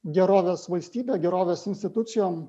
gerovės valstybe gerovės institucijom